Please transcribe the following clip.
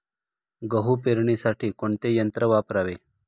गहू पेरणीसाठी कोणते यंत्र वापरावे?